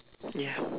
ya